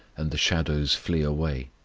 and the shadows flee away,